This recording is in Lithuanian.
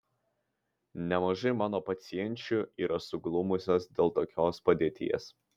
nemažai mano pacienčių yra suglumusios dėl tokios padėties